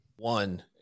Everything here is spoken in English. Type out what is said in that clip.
One